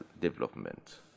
development